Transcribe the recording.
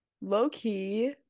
low-key